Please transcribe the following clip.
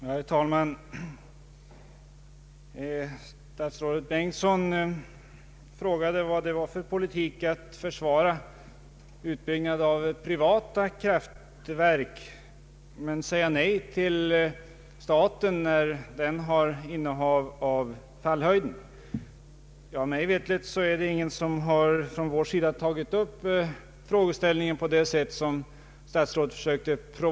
Herr talman! Statsrådet Bengtsson frågade vad det var för slags politik att försvara utbyggnad av privata kraftverk men säga nej till staten, när den innehar fallhöjden. Mig veterligt har ingen från vår sida tagit upp frågeställningen på det sättet.